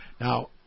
Now